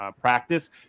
practice